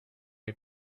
est